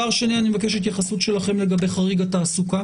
הדבר השני שאני מבקש התייחסות שלכם אליו הוא לגבי חריג התעסוקה